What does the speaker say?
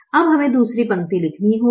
अब हमें दूसरी पंक्ति लिखनी होगी